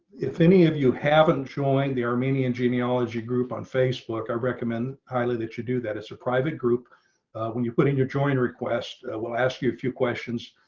if any of you haven't joined the armenian genealogy group on facebook. i recommend highly that you do that, it's a private group when you put in your join request will ask you a few questions.